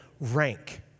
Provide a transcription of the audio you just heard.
rank